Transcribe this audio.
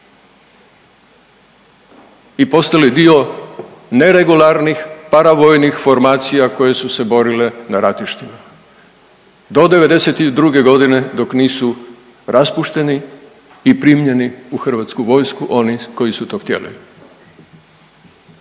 i postali dio neregularnih, paravojnih formacija koje su se borile na ratištima do '92. godine dok nisu raspušteni i primljeni u Hrvatsku vojsku oni koji su to htjeli.